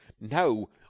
No